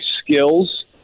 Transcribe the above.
skills